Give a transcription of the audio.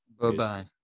Bye-bye